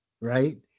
right